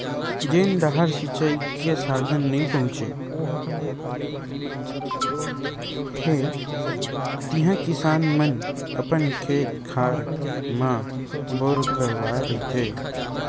जेन डाहर सिचई के साधन नइ पहुचे हे तिहा किसान मन अपन खेत खार म बोर करवाए रहिथे